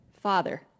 Father